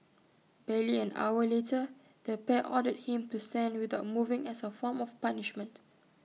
barely an hour later the pair ordered him to stand without moving as A form of punishment